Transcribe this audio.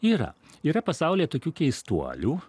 yra yra pasaulyje tokių keistuolių